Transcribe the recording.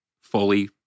fully